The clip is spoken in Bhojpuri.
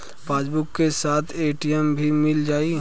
पासबुक के साथ ए.टी.एम भी मील जाई?